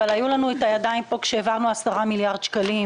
אבל היו לנו את הידיים פה כשהעברנו 10 מיליארד שקלים.